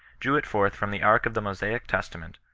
drew it forth from the ark of the mosaic testament,